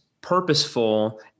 purposeful